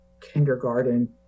kindergarten